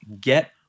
get